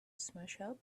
smashup